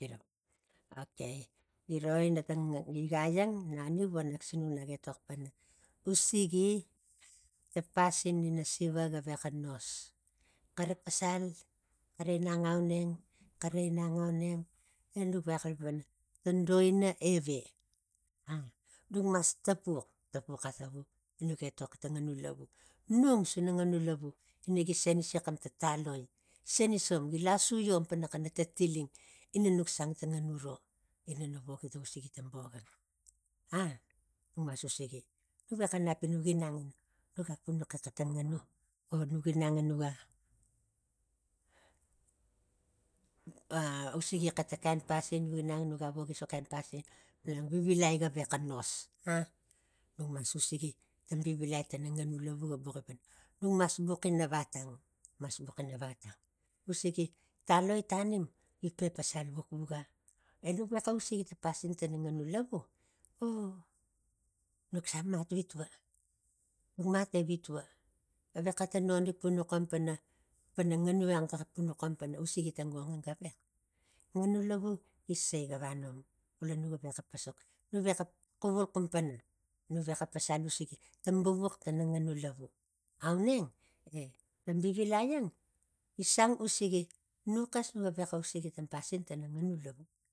okei giro ina tang igaiang naniu vo nak sinuk naketok pana usigi ta pasin ina siva ga vexa nos xana pasal xara inang aunerg xara inang auneng e nu vexa xalapang ta olo ina eve a nuk mas tapuk tapuk ata puk enuk etoki tang nganu lavu nung suna nganu lavu ina gi senisi xan tang taloi gi senis om gi lasuiom pana xanatang tiling ininuk sang nganu ro ina nuk vok a usigi ta vok ang a nuk mas usigi nuk vexa nap nuk inang nuga punaxi xeta nganu o nuk inang e nuga a usigi xeta kain pasin ginang mas ugigi ta vivilai tana nganu lavu ga vuxi pana nung mas buxi na vatang mas vuxi navatang usigi taloi tanim gi pe pasal bukbuka enuk vexa usigi ta pasini tana nganu lavu o nuk sa mat evitua e vexa ta non rik punaxom pana pana nganu ang ga punaxom pana usigi ta ong ang gavex nganu lavu gi sei gavanom xula nuga vexa posox nu vexa xuvul xum pana nu vexa pasal usigi ta buvux tana nganu lavu auneng e tang vivilai ang gi sang usigi nuxas nu vexa usigi ta pasin tana nganu lavu